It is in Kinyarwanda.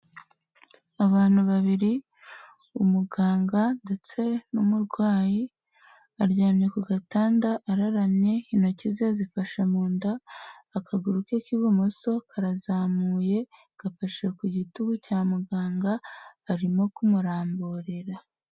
Abantu babiri umuganga ndetse n'umurwayi aryamye ku gatanda araramye intoki ze zifashe mu nda, akaguru ke k'ibumoso karazamuye gafashe ku gitugu cya muganga arimo kumuramburira.